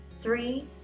three